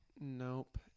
Nope